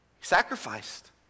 sacrificed